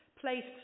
placed